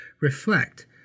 reflect